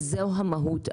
וזו המהות.